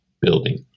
building